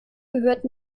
gehört